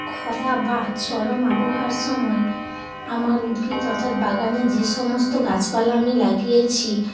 খরা বা চরম আবহাওয়ার সময় আমার উদ্ভিদ অর্থাৎ বাগানে যে সমস্ত গাছপালা আমি লাগিয়েছি